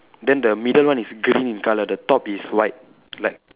then the middle one is green in colour the top is white like